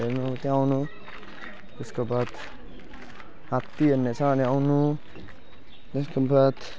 हेर्नु त्यहाँ आउनु त्यसको बाद हात्ती हेर्ने छ भने आउनु त्यसको बाद